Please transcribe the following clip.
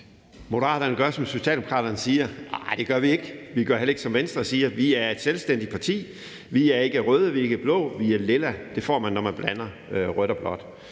Moderaterne gør, som Socialdemokraterne siger? Arh, det gør vi ikke. Vi gør heller ikke, som Venstre siger. Vi er et selvstændigt parti. Vi er ikke røde. Vi er ikke blå. Vi er lilla. Det får man, når man blander rødt og blåt.